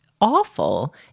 awful